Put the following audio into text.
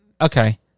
Okay